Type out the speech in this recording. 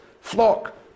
flock